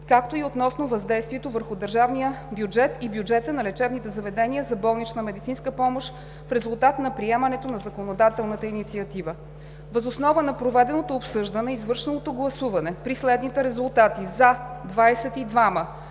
както и относно въздействието върху държавния бюджет и бюджета на лечебните заведения за болнична медицинска помощ в резултат от приемането на законодателната инициатива. Въз основа на проведеното обсъждане и извършеното гласуване при следните резултати: 22